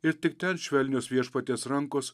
ir tik ten švelnios viešpaties rankos